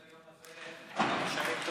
חיכיתי ליום הזה שנים טובות.